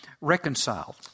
reconciled